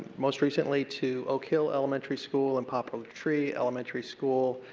most recently to oak hill elementary school and poplar like tree elementary school.